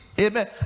Amen